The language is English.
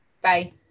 bye